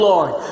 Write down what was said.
Lord